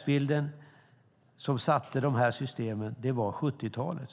världsbild som skapade de här systemen.